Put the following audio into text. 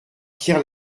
pierre